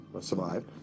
Survive